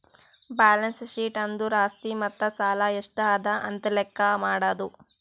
balance sheet ಅಂದುರ್ ಆಸ್ತಿ ಮತ್ತ ಸಾಲ ಎಷ್ಟ ಅದಾ ಅಂತ್ ಲೆಕ್ಕಾ ಮಾಡದು